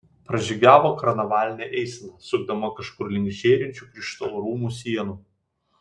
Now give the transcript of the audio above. pražygiavo karnavalinė eisena sukdama kažkur link žėrinčių krištolo rūmų sienų